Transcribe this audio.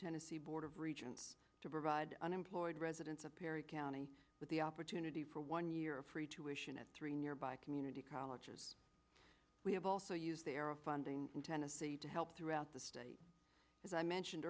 tennessee board of regents to provide unemployed residents of perry county with the opportunity for one year of free to ition at three nearby community colleges we have also used the arrow funding in tennessee to help throughout the state as i mentioned